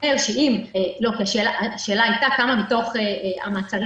השאלה הייתה כמה מתוך המעצרים